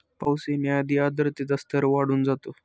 पाऊस येण्याआधी आर्द्रतेचा स्तर वाढून जातो